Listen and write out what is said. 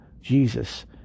Jesus